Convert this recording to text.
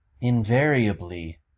invariably